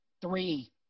three –